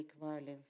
violence